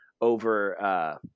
over